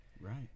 Right